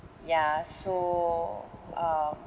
ya so uh